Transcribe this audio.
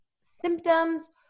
symptoms